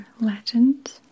Legend